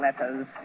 letters